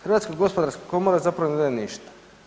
Hrvatska gospodarska komora zapravo ne daje ništa.